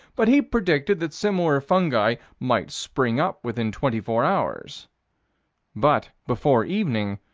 but he predicted that similar fungi might spring up within twenty-four hours but, before evening,